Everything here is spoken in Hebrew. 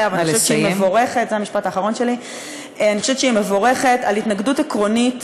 הזכויות והרווחה של בעלי-החיים כל עוד